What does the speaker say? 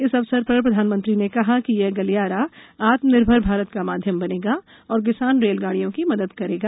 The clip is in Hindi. इस अवसर पर प्रधानमंत्री ने कहा कि यह गलियारा आत्मनिर्भर भारत का माध्यम बनेगा और किसान रेलगाडियों की मदद करेगा